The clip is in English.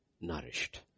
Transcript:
nourished